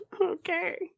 okay